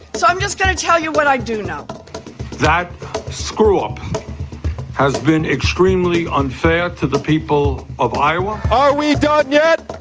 so i'm just gonna tell you what i do know that screw up has been extremely unfair to the people of iowa. are we? yeah